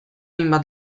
hainbat